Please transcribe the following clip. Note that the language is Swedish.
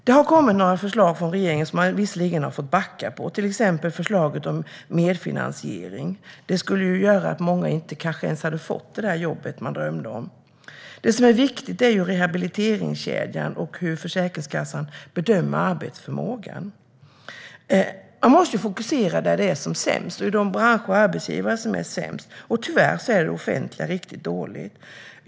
Det har kommit några förslag från regeringen som man har fått backa på, till exempel förslaget om medfinansiering. Det skulle göra att många kanske inte ens skulle få det jobb de drömmer om. Det som är viktigt är rehabiliteringskedjan och hur Försäkringskassan bedömer arbetsförmågan. Man måste fokusera på de branscher och arbetsgivare som är sämst, och tyvärr är det offentliga riktigt dåligt.